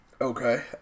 okay